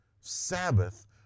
Sabbath